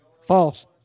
false